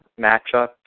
matchup